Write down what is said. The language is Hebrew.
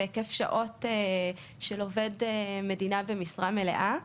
בהיקף שעות של עובד מדינה במשרה מלאה.